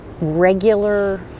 regular